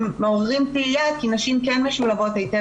שמעוררים תהייה כי נשים כן משולבות היטב